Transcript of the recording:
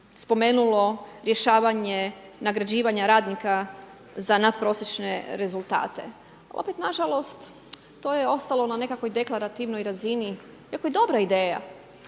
spomenulo rješavanje nagrađivanje radnika za natprosječne rezultate. Opet nažalost, to je ostalo na nekakvoj deklarativnoj razini iako dobro ideja,